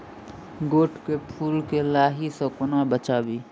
गोट केँ फुल केँ लाही सऽ कोना बचाबी?